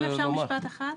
אם אפשר, משפט אחד.